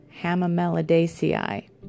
Hamamelidaceae